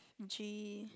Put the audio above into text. G